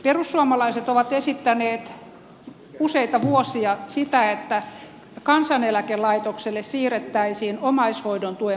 perussuomalaiset ovat esittäneet useita vuosia sitä että kansaneläkelaitokselle siirrettäisiin omaishoidon tuen maksaminen